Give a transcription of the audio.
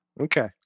Okay